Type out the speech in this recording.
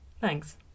Thanks